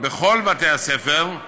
בכל בתי-הספר,